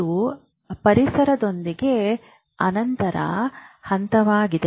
ಇದು ಪರಿಸರದೊಂದಿಗೆ ಅಂತರ ಹಂತವಾಗಿದೆ